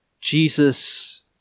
Jesus